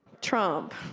Trump